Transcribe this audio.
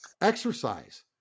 exercise